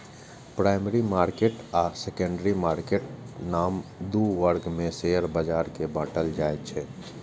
primary market आ secondary market नामक दू वर्ग मे शेयर बाजार कें बांटल जाइ छै